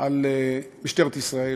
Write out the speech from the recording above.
על משטרת ישראל,